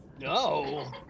No